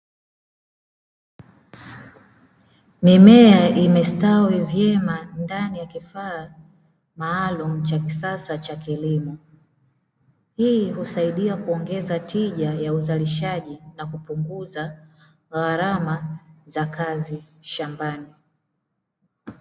Mimea imestawi vyema ndani ya kifaa maalumu cha kisasa cha kilimo, hii husaidia kuongeza tija ya uzalishaji na kupunguza gharama za kazi shambani.